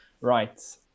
Right